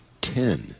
Ten